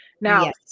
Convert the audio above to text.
now